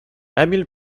emil